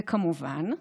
וכמובן,